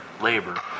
labor